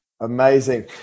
Amazing